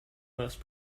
most